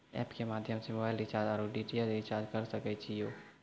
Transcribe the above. App के माध्यम से मोबाइल रिचार्ज ओर डी.टी.एच रिचार्ज करऽ सके छी यो?